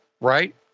right